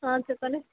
చెప్పండి